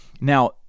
Now